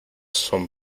son